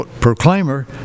proclaimer